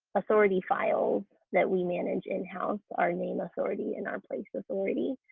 authority files that we manage in-house our name authority and our place authority.